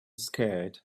scared